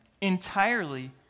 entirely